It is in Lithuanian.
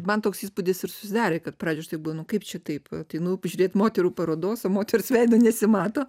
man toks įspūdis ir susidarė kad pradžioj aš taip galvoju nu kaip čia taip ateinu žiūrėt moterų parodos o moters veido nesimato